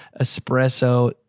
espresso